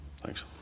Thanks